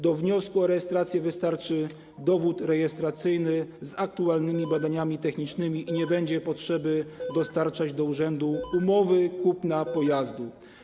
Do wniosku o rejestrację wystarczy dowód rejestracyjny z aktualnymi badaniami technicznymi i nie będzie potrzeby dostarczać do urzędu umowy kupna pojazdu.